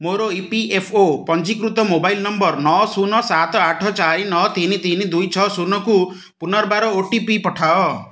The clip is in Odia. ମୋର ଇ ପି ଏଫ୍ ଓ ପଞ୍ଜୀକୃତ ମୋବାଇଲ୍ ନମ୍ବର୍ ନଅ ଶୂନ ସାତ ଆଠ ଚାରି ନଅ ତିନି ତିନି ଦୁଇ ଛଅ ଶୂନକୁ ପୁନର୍ବାର ଓ ଟି ପି ପଠାଅ